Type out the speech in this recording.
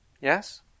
Yes